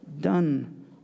done